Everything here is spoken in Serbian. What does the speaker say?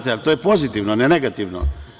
To je pozitivno, a ne negativno.